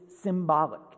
symbolic